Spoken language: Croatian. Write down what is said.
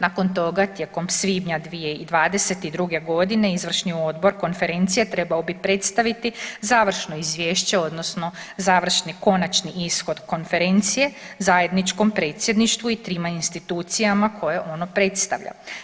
Nakon toga tijekom svibnja 2022. godine Izvršni odbor Konferencije trebao bi predstaviti završno izvješće odnosno završni konačni ishod Konferencije zajedničkom predsjedništvu i trima institucijama koje ono predstavlja.